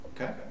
Okay